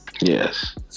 yes